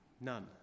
None